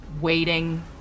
waiting